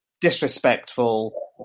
Disrespectful